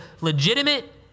legitimate